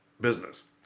business